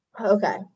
Okay